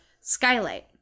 Skylight